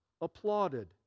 applauded